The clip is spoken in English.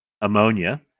ammonia